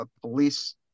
police